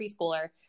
preschooler